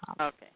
Okay